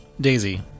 Daisy